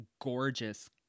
gorgeous